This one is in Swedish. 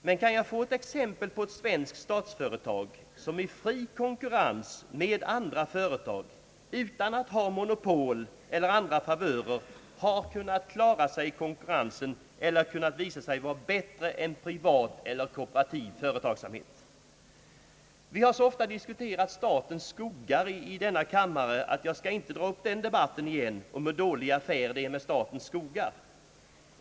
Men kan jag få ett exempel på ett svenskt statsföretag som i fri konkurrens med andra företag utan att ha monopol eller andra favörer har kunnat klara sig i konkurrensen eller kunnat visa sig vara bättre än privat eller kooperativ företagsamhet. Vi har så ofta diskuterat statens skogar i denna kammare att jag inte skall dra upp en debatt igen om hur dålig affär det är med statens skogar.